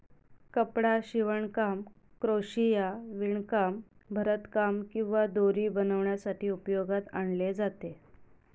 कपडा शिवणकाम, क्रोशिया, विणकाम, भरतकाम किंवा दोरी बनवण्यासाठी उपयोगात आणले जाते